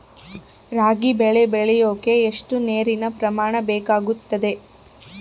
ರಾಗಿ ಬೆಳೆ ಬೆಳೆಯೋಕೆ ಎಷ್ಟು ನೇರಿನ ಪ್ರಮಾಣ ಬೇಕಾಗುತ್ತದೆ?